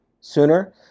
sooner